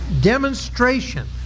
demonstration